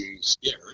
scared